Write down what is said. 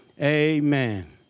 amen